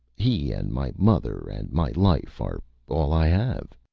he and my mother and my life are all i have.